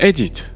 Edit 。